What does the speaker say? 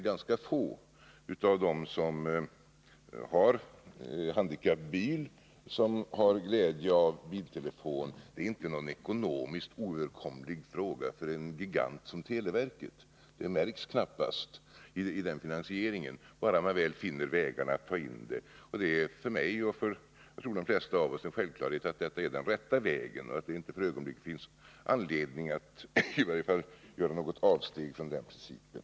Ganska få av dem som har handikappbil har glädje av biltelefon. Det är därför inte någon ekonomiskt oöverkomlig fråga för en gigant som televerket — det skulle knappast märkas i verkets finansiering, bara man väl finner vägar att ta in det. Och det är för mig, och som jag tror de flesta av oss, en självklarhet att detta är den rätta vägen att gå och att det inte finns anledning att göra något 35 avsteg från den principen.